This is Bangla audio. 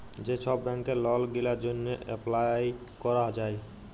যে ছব ব্যাংকে লল গিলার জ্যনহে এপ্লায় ক্যরা যায়